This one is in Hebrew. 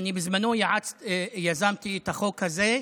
בזמנו יזמתי את החוק הזה,